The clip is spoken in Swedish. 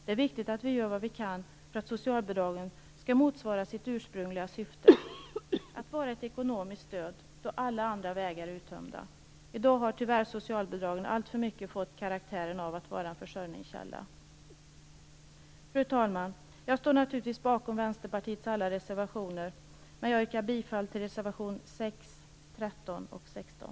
Det är viktigt att vi gör vad vi kan för att socialbidragen skall motsvara sitt ursprungliga syfte: att vara ett ekonomiskt stöd då alla andra vägar är uttömda. I dag har tyvärr socialbidragen alltför mycket fått karaktären av att vara en försörjningskälla. Fru talman! Jag står naturligtvis bakom Vänsterpartiets alla reservationer, men jag yrkar bifall till reservationerna 6, 13 och 16.